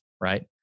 right